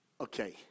Okay